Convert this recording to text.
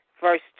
verse